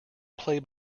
play